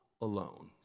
alone